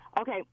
okay